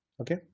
okay